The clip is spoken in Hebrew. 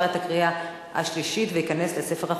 נתקבל.